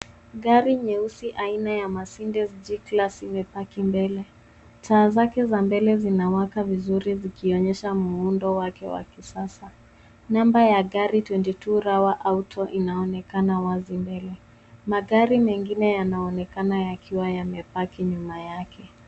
Gari nyeusi aina ya Mercedes G class ime park mbele. Taa zake za mbele zinawaka vizuri zikionyesha muundo wake wa kisasa namba ya gari 22 RAWA AUTO inaonekana wazi mbele. Magari mengine yanaonekana yakiwa yame park nyuma yake.